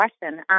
question